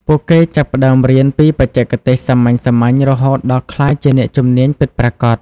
ពួកគេចាប់ផ្តើមរៀនពីបច្ចេកទេសសាមញ្ញៗ រហូតដល់ក្លាយជាអ្នកជំនាញពិតប្រាកដ។